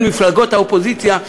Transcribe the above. בין מפלגות האופוזיציה,